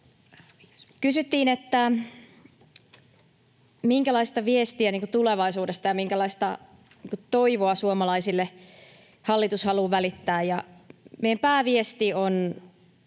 Kysyttiin, minkälaista viestiä tulevaisuudesta ja minkälaista toivoa suomalaisille hallitus haluaa välittää, ja meidän pääviesti on